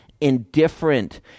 indifferent